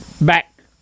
back